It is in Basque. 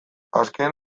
azken